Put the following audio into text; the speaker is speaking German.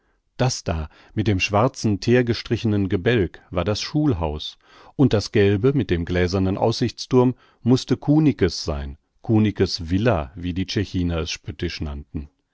das da mit dem schwarzen theergestrichenen gebälk war das schulhaus und das gelbe mit dem gläsernen aussichtsthurm mußte kunicke's sein kunicke's villa wie die tschechiner es spöttisch nannten